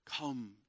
come